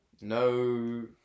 No